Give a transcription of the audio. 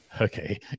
Okay